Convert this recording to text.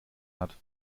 hat